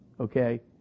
okay